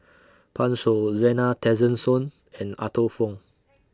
Pan Shou Zena Tessensohn and Arthur Fong